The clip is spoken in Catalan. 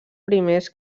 primers